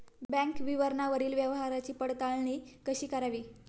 Bank विवरणावरील व्यवहाराची पडताळणी कशी करावी?